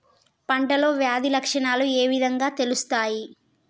పంటలో వ్యాధి లక్షణాలు ఏ విధంగా తెలుస్తయి?